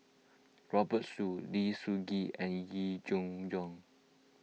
Robert Soon Lim Sun Gee and Yee Jenn Jong